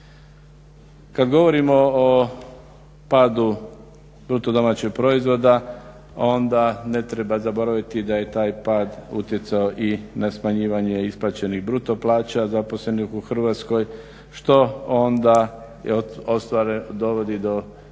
Kad govorimo o padu BDP-a onda ne treba zaboraviti da je taj pad utjecao na smanjivanje isplaćenih bruto plaća zaposlenih u Hrvatskoj što onda dovodi do pitanja